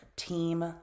team